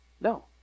No